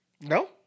No